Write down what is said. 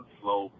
slow